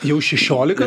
jau šešiolika